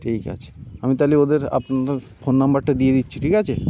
ঠিক আছে আমি তাহলে ওদের আপনার ফোন নম্বরটা দিয়ে দিচ্ছি ঠিক আছে